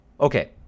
Okay